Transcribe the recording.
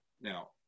Now